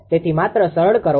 તેથી માત્ર સરળ કરો